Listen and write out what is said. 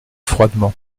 froidement